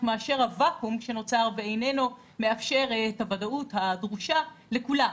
מאשר הוואקום שנוצר ואיננו מאפשר את הוודאות הדרושה לכולם.